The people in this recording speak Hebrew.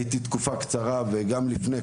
גם בתקופתי הקצרה שם וגם לפניי,